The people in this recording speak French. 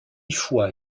foi